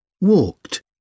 walked